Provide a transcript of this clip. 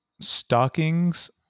Stockings